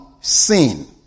sin